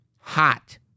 hot